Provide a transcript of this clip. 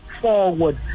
forward